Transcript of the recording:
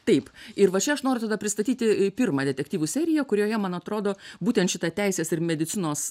taip ir va čia aš noriu tada pristatyti pirmą detektyvų seriją kurioje man atrodo būtent šita teisės ir medicinos